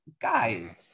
guys